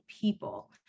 people